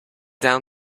down